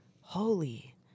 holy